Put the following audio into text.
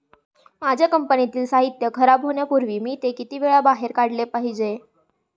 माझ्या कंपनीतील साहित्य खराब होण्यापूर्वी मी ते किती वेळा बाहेर काढले पाहिजे?